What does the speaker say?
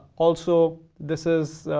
also, this is,